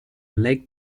lake